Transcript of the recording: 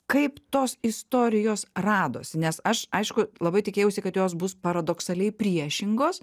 kaip tos istorijos radosi nes aš aišku labai tikėjausi kad jos bus paradoksaliai priešingos